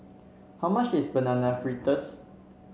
how much is Banana Fritters